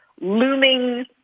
looming